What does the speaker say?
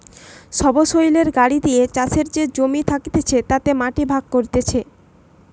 সবসৈলের গাড়ি দিয়ে চাষের যে জমি থাকতিছে তাতে মাটি ভাগ করতিছে